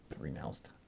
renounced